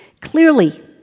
Clearly